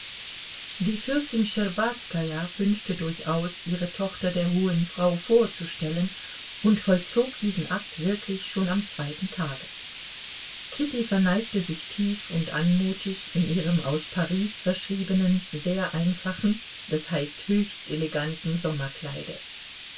die fürstin schtscherbazkaja wünschte durchaus ihre tochter der hohen frau vorzustellen und vollzog diesen akt wirklich schon am zweiten tage kitty verneigte sich tief und anmutig in ihrem aus paris verschriebenen sehr einfachen das heißt höchst eleganten sommerkleide